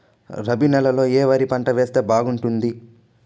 రబి నెలలో ఏ వరి పంట వేస్తే బాగుంటుంది